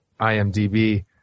IMDb